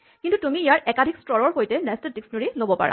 কিন্তু তুমি ইয়াৰ একাধিক স্তৰৰ সৈতে নেষ্টেড ডিস্কনেৰীঅভিধান ল'ব পাৰা